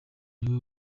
niwe